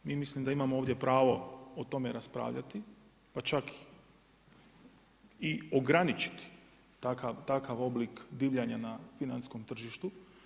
Mi mislim da imamo ovdje pravo o tome raspravljati pa čak i ograničiti takav oblik divljanja na financijskom tržištu.